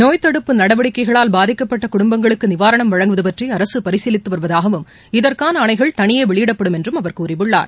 நோய்த்தடுப்பு நடவடிக்கைளால் பாதிக்கப்பட்ட குடும்பங்களுக்கு நிவாரணம் வழங்குவது பற்றி அரசு பரிசீலித்து வருவதாகவும் இதற்கான ஆணைகள் தனியே வெளியிடப்படும் என்றும் அவர் கூறியுள்ளார்